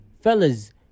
fellas